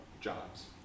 jobs